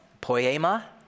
poema